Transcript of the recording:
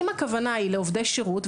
אם הכוונה היא לעובדי שירות,